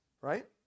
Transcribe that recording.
right